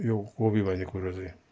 यो कोपी भन्ने कुरा चाहिँ